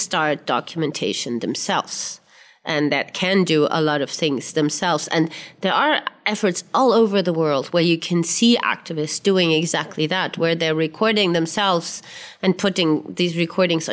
start documentation themselves and that can do a lot of things themselves and there are efforts all over the world where you can see activists doing exactly that where they're recording themselves and putting these recordings